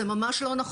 זה ממש לא נכון.